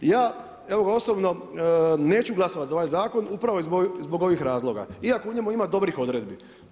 Ja evo osobno neću glasovati za ovaj zakon, upravo iz ovih razloga iako u njemu ima i dobrih odredbi.